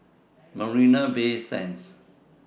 Marina Bay Sands